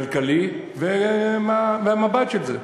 כלכלי, והמבט של זה.